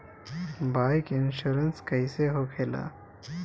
Bike insurance कैसे होखे ला?